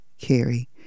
carry